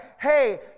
hey